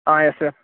ah yes sir